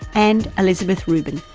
and elizabeth rubin,